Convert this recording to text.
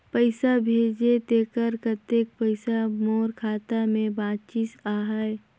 पइसा भेजे तेकर कतेक पइसा मोर खाता मे बाचिस आहाय?